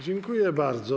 Dziękuję bardzo.